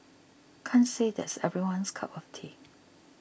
can't say that's everyone's cup of tea